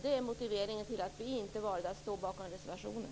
Det är motiveringen till att vi valde att inte stå bakom reservationen.